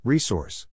Resource